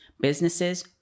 businesses